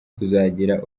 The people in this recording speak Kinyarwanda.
kuzagira